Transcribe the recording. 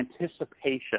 anticipation